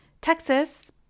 Texas